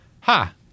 Ha